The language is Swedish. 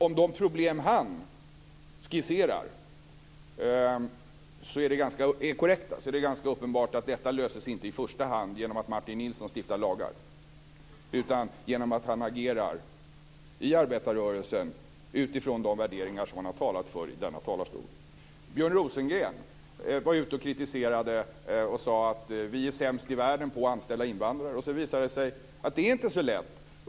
Om de problem som han skisserar är korrekt beskrivna är det ganska uppenbart att dessa inte i första hand löses genom att Martin Nilsson och andra stiftar lagar utan genom att de agerar i arbetarrörelsen utifrån de värderingar som han har talat för från denna talarstol. Björn Rosengren har gått ut med kritik mot att vi är sämst i världen på att anställa invandrare, men han har också visat att detta inte är så lätt.